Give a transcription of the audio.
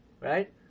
Right